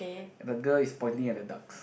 the girl is pointing at the ducks